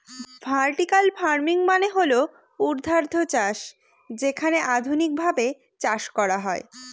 vertical farming মানে হল ঊর্ধ্বাধ চাষ যেখানে আধুনিকভাবে চাষ করা হয়